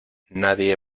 nadie